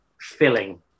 filling